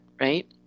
right